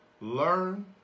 Learn